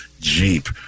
Jeep